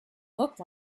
look